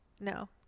no